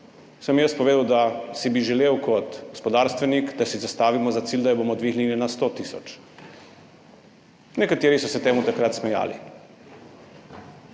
sem jaz povedal, da bi si kot gospodarstvenik želel, da si zastavimo cilj, da jo bomo dvignili na 100 tisoč. Nekateri so se temu takrat smejali.